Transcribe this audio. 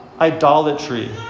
idolatry